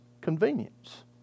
convenience